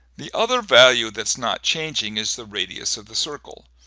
the other value thats not changing is the radius of the circle.